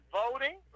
voting